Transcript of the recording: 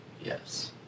yes